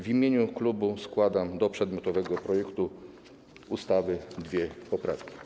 W imieniu klubu składam do przedmiotowego projektu ustawy dwie poprawki.